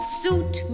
suit